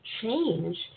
change